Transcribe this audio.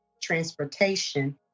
transportation